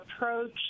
approach